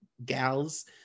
gals